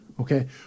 Okay